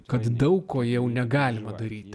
kad daug ko jau negalima daryti